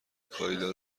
کایلا